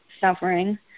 suffering